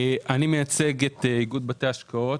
אני מייצג את איגוד בתי ההשקעות,